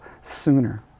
sooner